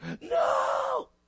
no